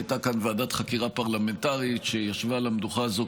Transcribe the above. הייתה כאן ועדת חקירה פרלמנטרית שישבה על המדוכה הזו,